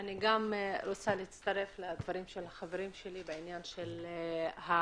אני רוצה להצטרף לדברים של חברי בעניין של קיום